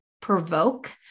provoke